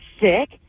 sick